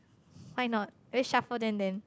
why not are you shuffle then then